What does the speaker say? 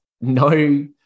no